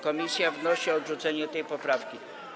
Komisja wnosi o odrzucenie tej poprawki.